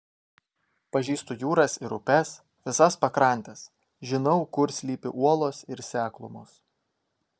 pažįstu jūras ir upes visas pakrantes žinau kur slypi uolos ir seklumos